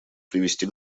привести